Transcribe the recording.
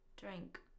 Drink